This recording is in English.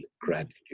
gratitude